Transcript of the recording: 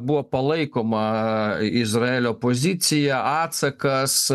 buvo palaikoma izraelio pozicija atsakas